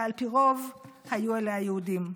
ועל פי רוב היו אלה היהודים.